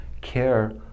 care